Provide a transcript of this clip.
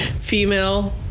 female